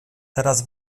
teraz